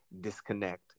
disconnect